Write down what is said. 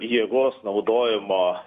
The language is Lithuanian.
jėgos naudojimo